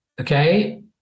okay